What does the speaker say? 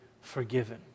forgiven